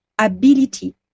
ability